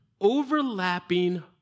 overlapping